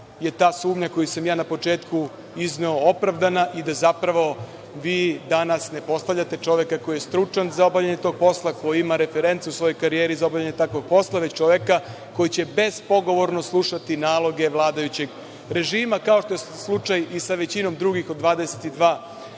da ta sumnja koju sam ja na početku izneo, opravdana, i da zapravo vi danas ne postavljate čoveka koji je stručan za obavljanje tog posla, koji ima reference u svojoj karijeri za obavljanje takvog posla, već čoveka koji će bezpogovorno slušati naloge vladajućeg režima, kao što je slučaj i sa većinom drugih od 22